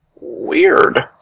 Weird